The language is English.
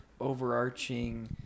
overarching